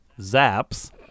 Zap's